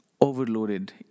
overloaded